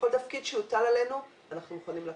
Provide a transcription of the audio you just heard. כל תפקיד שיוטל עלינו אנחנו מוכנים לקחת.